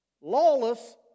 lawless